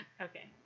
okay